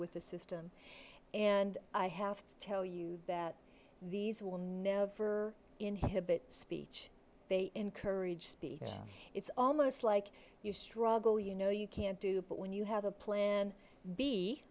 with the system and i have to tell you that these will never inhibit speech they encourage speech it's almost like you struggle you know you can't do but when you have a plan b